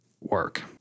work